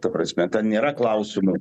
ta prasme ten nėra klausimų